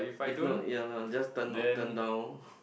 if not ya lah just turn not turn down